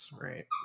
right